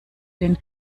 den